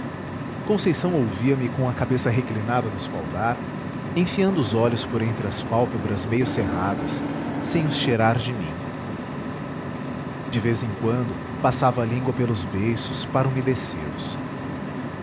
alguns conceição ouvia-me com a cabeça reclinada no espaldar enfiando os olhos por entre as pálpebras meiocerradas sem os tirar de mim de vez em quando passava a língua pelos beiços para umedecê los